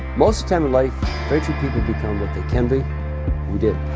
most time like thirty people become what they can be we did